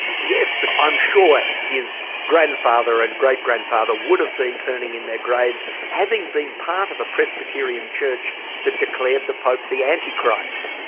yes but i'm sure his grandfather and great-grandfather would have been turning in their graves having been part of a presbyterian church that declared the pope the anti-christ.